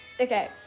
Okay